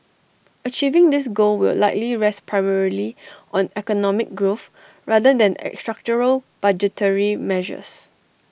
achieving this goal will likely rest primarily on economic growth rather than any structural budgetary measures